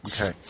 Okay